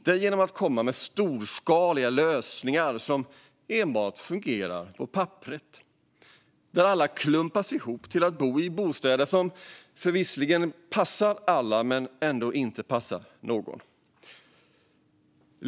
Vi ska inte komma med storskaliga lösningar som enbart fungerar på papperet och där alla klumpas ihop till att bo i bostäder som visserligen passar alla men ändå inte passar någon.